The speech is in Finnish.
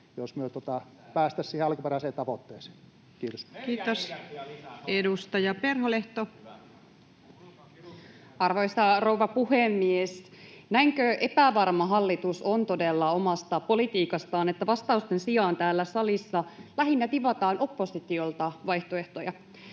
Suomi Pääministeri Petteri Orpon hallituksen ohjelma 20.6.2023 Time: 13:40 Content: Arvoisa rouva puhemies! Näinkö epävarma hallitus on todella omasta politiikastaan, että vastausten sijaan täällä salissa lähinnä tivataan oppositiolta vaihtoehtoja.